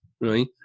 Right